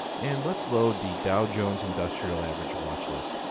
and let's load the dow jones industrial average watchlist.